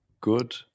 good